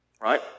right